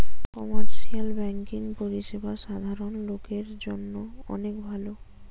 commercial banking পরিষেবা সাধারণ লোকের জন্য অনেক ভালো